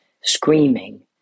screaming